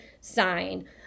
sign